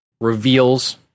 reveals